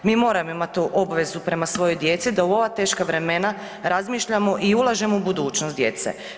Mi moramo imati obvezu prema svojoj djeci da u ova teška vremena razmišljamo i ulažemo u budućnost djece.